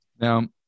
Now